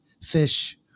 fish